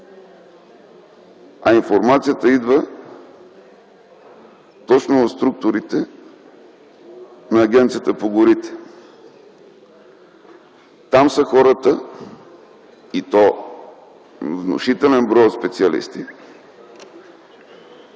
а информацията идва точно в структурите на Агенцията по горите. Там са хората - внушителен брой от специалисти,